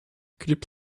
could